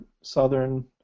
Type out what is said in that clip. southern